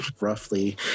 roughly